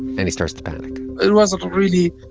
and he starts to panic it was a really,